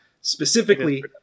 Specifically